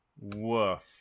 Woof